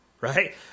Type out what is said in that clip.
Right